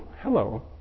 hello